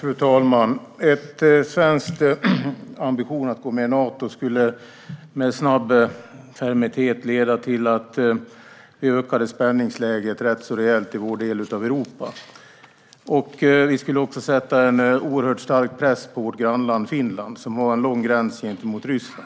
Fru talman! En svensk ambition att gå med i Nato skulle med snabb fermitet leda till ett rätt rejält ökat spänningsläge i vår del av Europa. Det skulle också sätta en oerhört stark press på vårt grannland Finland som har en lång gräns mot Ryssland.